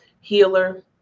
healer